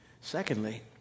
Secondly